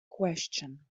question